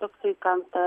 toksai kam ta